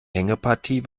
hängepartie